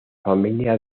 familia